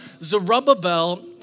Zerubbabel